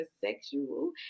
sexual